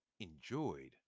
enjoyed